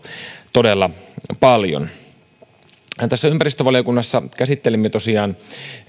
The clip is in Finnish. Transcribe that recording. todella paljon ympäristövaliokunnassa käsittelimme tosiaan